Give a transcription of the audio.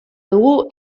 dugu